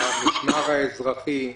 במשמר האזרחי,